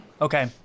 Okay